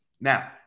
Now